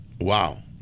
wow